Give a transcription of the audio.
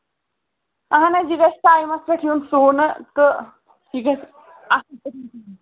اَہن حظ یہِ گژھِ ٹایمَس پٮ۪ٹھ یُن سُونہٕ تہٕ یہِ گژھِ